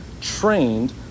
trained